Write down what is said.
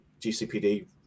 gcpd